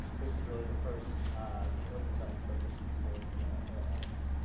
this is really the first new urban design focus for the federal element.